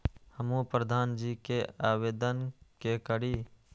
हमू प्रधान जी के आवेदन के करी?